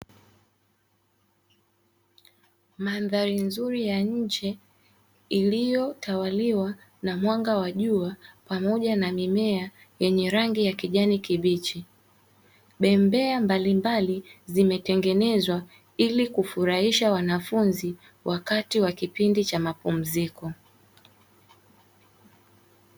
Mandhari nzuri ya nje iliyotawaliwa na mwanga wa jua pamoja na mimea yenye rangi ya kijani kibichi. Bembea mbalimbali zimetengenezwa ili kufurahisha wanafunzi wakati wa kipindi cha mapumziko.